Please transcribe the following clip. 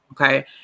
okay